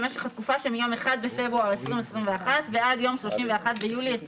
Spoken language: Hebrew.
במשך התקופה שמיום 1 בפברואר 2021 ועד יום 31 ביולי 2021;